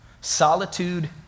Solitude